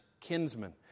kinsman